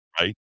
right